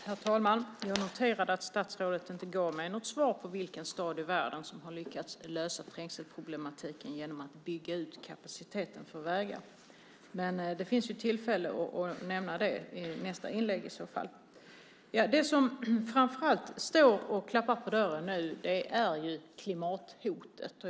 Herr talman! Jag noterade att statsrådet inte gav mig något svar på vilken stad i världen som har lyckats lösa trängselproblematiken genom att bygga ut kapaciteten för vägarna. Men det finns tillfälle att nämna det i nästa inlägg i så fall. Det som framför allt står och klappar på dörren nu är klimathotet.